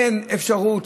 אין אפשרות,